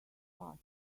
fast